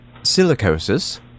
silicosis